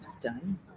done